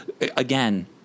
Again